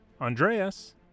Andreas